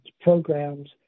programs